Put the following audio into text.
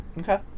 okay